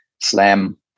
SLAM